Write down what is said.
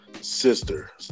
sister